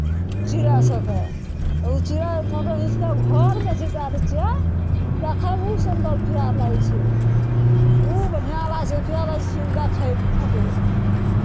चिड़ै सभकेँ ओ चिड़ै फोटो घीच कऽ घरमे सजा दै छियै देखैमे ओ सुन्दर पियार लागै छै ओ बन्हिआँ लागै छै पियार लागै छै देखैमे फोटो